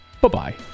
Bye-bye